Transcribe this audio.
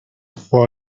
for